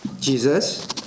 Jesus